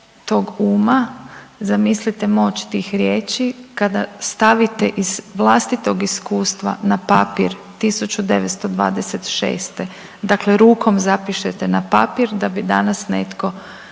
tog uma, zamislite moć tih riječi kada stavite iz vlastitog iskustva na papir 1926. dakle rukom zapišete na papir da bi danas netko